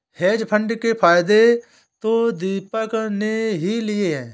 hedge fund के फायदे तो दीपक ने ही लिए है